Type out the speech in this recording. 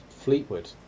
Fleetwood